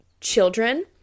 children